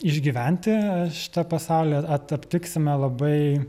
išgyventi šitą pasaulį at aptiksime labai